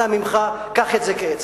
אנא ממך, קח את זה כעצה.